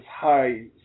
high